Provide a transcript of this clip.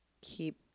keep